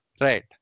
Right